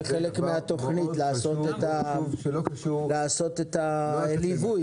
זה חלק מהתוכנית, לעשות את הליווי.